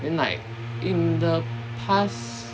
then like in the past